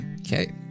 Okay